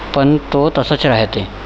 पण तो तसंच राहते